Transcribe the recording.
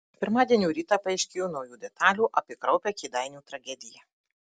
pirmadienio rytą paaiškėjo naujų detalių apie kraupią kėdainių tragediją